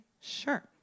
sure